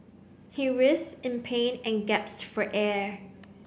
he writhed in pain and gasped for air